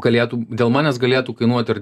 galėtų dėl manęs galėtų kainuot ir